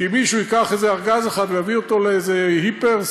כי מישהו ייקח איזה ארגז אחד ויביא אותו לאיזה היפר,